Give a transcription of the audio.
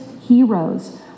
heroes